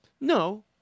No